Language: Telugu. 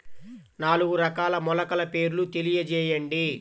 నాలుగు రకాల మొలకల పేర్లు తెలియజేయండి?